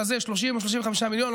30 או 35 מיליון,